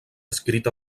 escrit